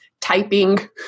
typing